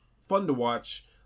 fun-to-watch